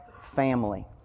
family